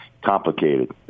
complicated